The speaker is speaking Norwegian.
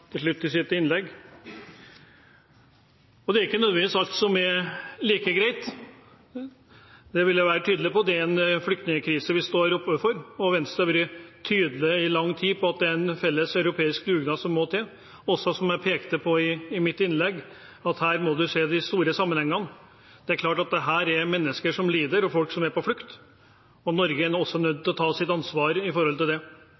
til slutt i sitt innlegg. Det er ikke nødvendigvis alt som er like greit, det vil jeg være tydelig på. Det er en flyktningkrise vi står overfor, og Venstre har vært tydelig i lang tid på at det er en felles europeisk dugnad som må til. Som jeg pekte på i mitt innlegg – her må vi se de store sammenhengene. Det er klart at dette er mennesker som lider, og folk som er på flukt, og Norge er også nødt til å ta sitt ansvar her. Det kan ikke være sånn at vi skyver dette under teppet, og at det